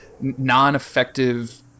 non-effective